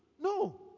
No